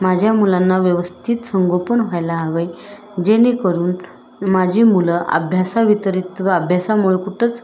माझ्या मुलांना व्यवस्थित संगोपन व्हायला हवे जेणेकरून माझी मुलं अभ्यासा वितरित व अभ्यासामुळं कुठंच